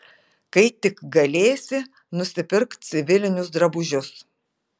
kai tik galėsi nusipirk civilinius drabužius